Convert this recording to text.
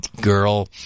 girl